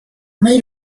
made